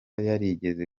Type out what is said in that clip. yarigeze